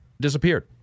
Disappeared